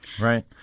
Right